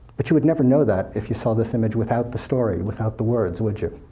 but you would never know that if you saw this image without the story, without the words, would you?